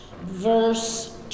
verse